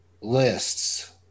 lists